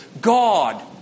God